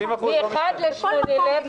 מ-1 ל-0.8.